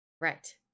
right